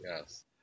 Yes